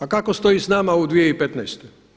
A kako stoji s nama u 2015.